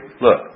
Look